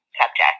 subject